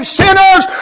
sinners